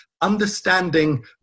understanding